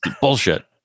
bullshit